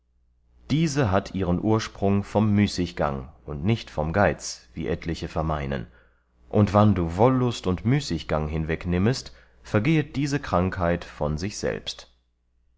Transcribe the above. diese hat ihren ursprung vom müßiggang und nicht vom geiz wie etliche vermeinen und wann du wollust und müßiggang hinwegnimmest vergehet diese krankheit von sich selbst